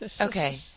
Okay